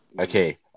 Okay